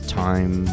time